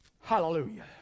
Hallelujah